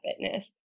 fitness